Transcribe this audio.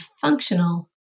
functional